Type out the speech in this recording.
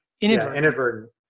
Inadvertent